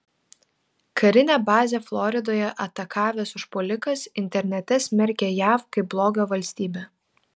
karinę bazę floridoje atakavęs užpuolikas internete smerkė jav kaip blogio valstybę